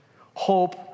Hope